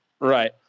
Right